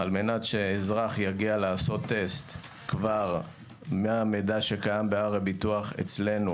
על מנת שאזרח יגיע לעשות טסט כבר מהמדינה שקיים במידע אצלנו